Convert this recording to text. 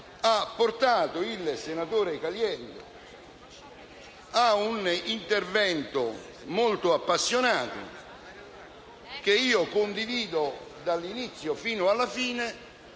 ha portato il senatore Caliendo a un intervento molto appassionato, che io condivido dall'inizio fino alla fine,